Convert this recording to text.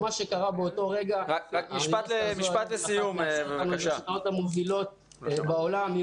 מאותו רגע האוניברסיטה הפה לאחת המובילות בעולם,